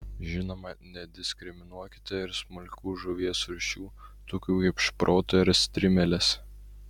žinoma nediskriminuokite ir smulkių žuvies rūšių tokių kaip šprotai ar strimelės